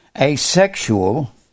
asexual